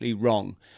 wrong